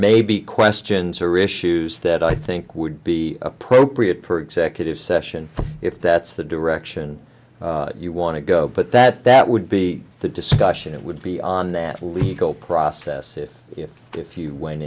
may be questions or issues that i think would be appropriate for executive session if that's the direction you want to go but that that would be the discussion it would be on that legal process if you if you went